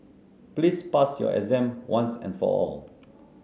please pass your exam once and for all